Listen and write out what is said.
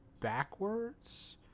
backwards